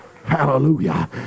hallelujah